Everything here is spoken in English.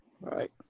Right